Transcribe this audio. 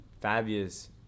Fabius